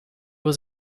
was